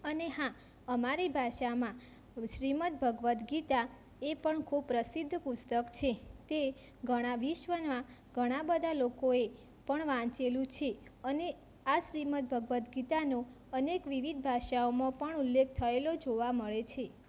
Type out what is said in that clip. અને હા અમારી ભાષામાં શ્રીમદ ભગવદ્ ગીતા એ પણ ખૂબ પ્રસિદ્ધ પુસ્તક છે તે ઘણાં વિશ્વમાં ઘણા બધા લોકોએ પણ વાંચેલું છે અને આ શ્રીમદ ભગવદ્ ગીતાનો અનેક વિવિધ ભાષાઓમાં પણ ઉલ્લેખ થયેલો જોવા મળે છે